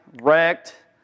wrecked